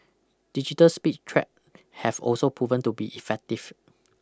digital speed trap have also proven to be effective